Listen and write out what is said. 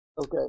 Okay